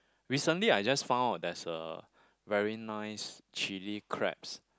recently I just found there's a very nice chili crabs